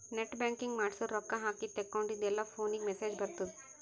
net banking ಮಾಡ್ಸುರ್ ರೊಕ್ಕಾ ಹಾಕಿದ ತೇಕೊಂಡಿದ್ದು ಎಲ್ಲಾ ಫೋನಿಗ್ ಮೆಸೇಜ್ ಬರ್ತುದ್